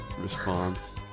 response